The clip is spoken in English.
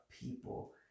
people